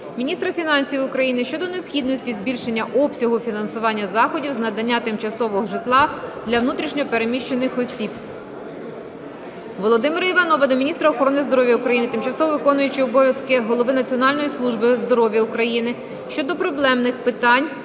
міністра фінансів України щодо необхідності збільшення обсягу фінансування заходів з надання тимчасового житла для внутрішньо переміщених осіб. Володимира Іванова до міністра охорони здоров'я України, тимчасово виконуючої обов'язки голови Національної служби здоров'я України щодо проблемних питань